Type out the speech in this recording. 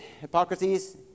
Hippocrates